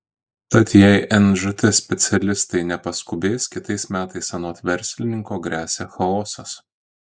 tad jei nžt specialistai nepaskubės kitais metais anot verslininko gresia chaosas